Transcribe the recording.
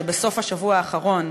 שבסוף השבוע האחרון,